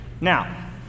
Now